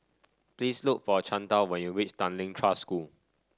please look for Chantal when you reach Tanglin Trust School